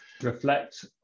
reflect